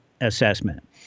Assessment